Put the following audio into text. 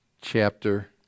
chapter